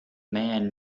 man